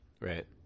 Right